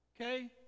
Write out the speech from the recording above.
Okay